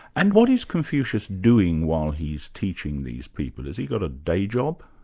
and what is confucius doing while he's teaching these people? has he got a day job?